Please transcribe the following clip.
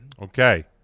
Okay